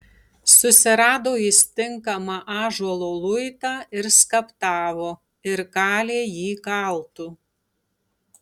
susirado jis tinkamą ąžuolo luitą ir skaptavo ir kalė jį kaltu